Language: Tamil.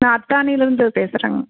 நான் அத்தானிலேருந்து பேசுறேங்க